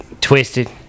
twisted